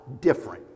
different